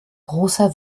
großer